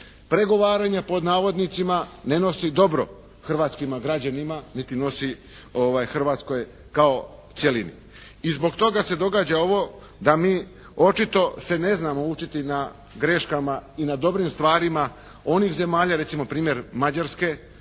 "pregovaranja" ne nosi dobro hrvatskim građanima niti nosi Hrvatskoj kao cjelini. I zbog toga se događa ovo da mi očito se ne znamo učiti na greškama i na dobrim stvarima onih zemalja, recimo primjer Mađarske